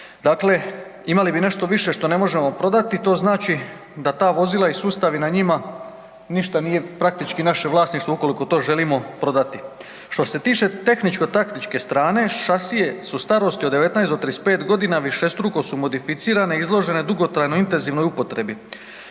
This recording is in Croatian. Dakle, imali bi nešto više što ne možemo prodati, to znači da ta vozila i sustavi na njima ništa nije praktički naše vlasništvo ukoliko to želimo prodati. Što se tiče tehničko-taktičke strane šasije su starosti od 19 do 35 godina, višestruko su modificirane i izložene dugotrajnoj intenzivnoj upotrebi.